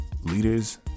leaders